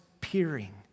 peering